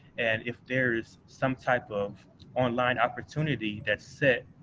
and if there is some type of online opportunity that, say,